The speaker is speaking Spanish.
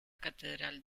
catedral